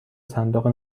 صندوق